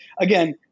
again